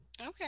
okay